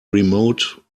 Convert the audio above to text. remote